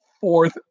fourth